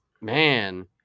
man